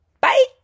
Bye